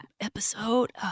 episode